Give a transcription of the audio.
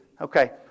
Okay